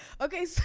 Okay